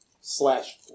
slash